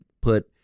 put